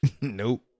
Nope